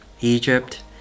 Egypt